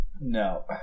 no